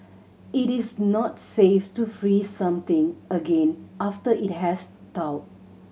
it is not safe to freeze something again after it has thawed